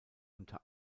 unter